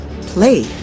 play